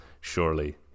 surely